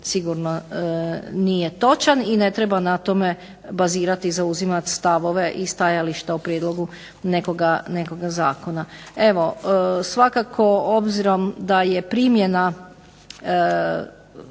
sigurno nije točan, i ne treba na tome bazirati i zauzimati stavove i stajališta o prijedlogu nekoga zakona. Evo svakako obzirom da je primjena